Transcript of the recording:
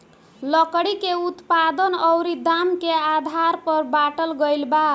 लकड़ी के उत्पादन अउरी दाम के आधार पर बाटल गईल बा